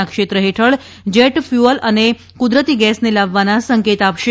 ના ક્ષેત્ર હેઠળ જેટ ફ્યુઅલ અને કુદરતી ગેસને લાવવાના સંકેત આપશે